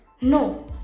No